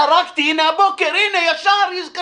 חרגתי הנה הבוקר וישר קיבלתי הודעה